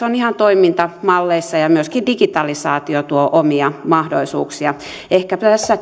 on mahdollisuuksia ihan toimintamalleissa ja myöskin digitalisaatio tuo omia mahdollisuuksia ehkäpä tässä